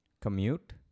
Commute